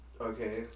okay